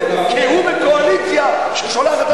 הוא בקואליציה ששולחת,